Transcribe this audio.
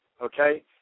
okay